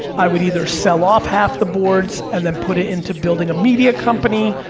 i would either sell off half the boards and then put it into building a media company,